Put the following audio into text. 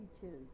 teacher's